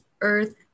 Earth